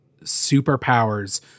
superpowers